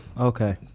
Okay